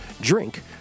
Drink